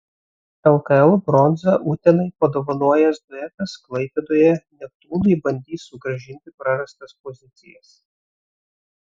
lkl bronzą utenai padovanojęs duetas klaipėdoje neptūnui bandys sugrąžinti prarastas pozicijas